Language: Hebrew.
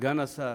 סגן השר,